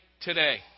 today